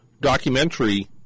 documentary